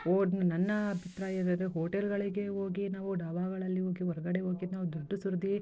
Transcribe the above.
ಓಡ್ ನನ್ನ ಅಭಿಪ್ರಾಯ ಏನೆಂದರೆ ಹೋಟೆಲ್ಗಳಿಗೆ ಹೋಗಿ ನಾವು ಡಾಬಾಗಳಲ್ಲಿ ಹೋಗಿ ಹೊರ್ಗಡೆ ಹೋಗಿ ನಾವು ದುಡ್ಡು ಸುರ್ದು